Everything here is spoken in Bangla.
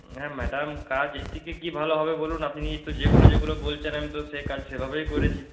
হ্যাঁ ম্যাডা ম কাজ এর থেকে কি ভালো হবে বলুন আপনি তো যেগুলো যেগুলো বলছেন আমি তো সে কাজ সেভাবেই করেছি